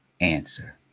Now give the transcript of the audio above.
answer